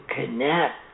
connect